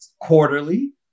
quarterly